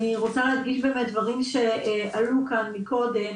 אני רוצה להדגיש את הדברים שעלו כאן מקודם.